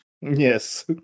Yes